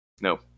no